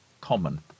common